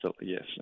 yes